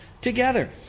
together